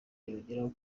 yongeyeho